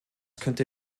könnte